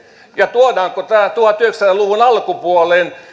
tuodaanko tämä tuhatyhdeksänsataa luvun alkupuolen